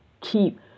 keep